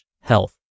health